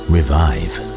Revive